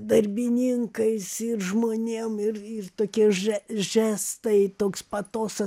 darbininkais ir žmonėm ir ir tokie že žestai toks patosas